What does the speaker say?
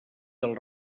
del